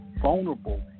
vulnerable